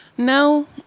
no